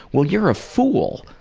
well, you're a fool!